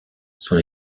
son